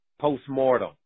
post-mortem